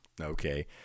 Okay